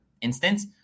instance